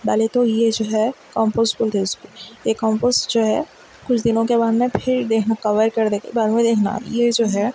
ڈالے تو یہ جو ہے کمپوس بولتے اس کو یہ کمپوس جو ہے کچھ دنوں کے بعد نہ پھر دیکھنا کور کرنے کے بعد میں دیکھنا یہ جو ہے